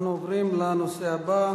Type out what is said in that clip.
הכרזה למזכירת הכנסת,